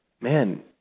man